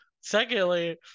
Secondly